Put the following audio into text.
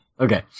Okay